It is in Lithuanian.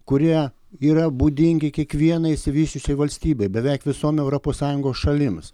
kurie yra būdingi kiekvienai išsivysčiusiai valstybei beveik visom europos sąjungos šalims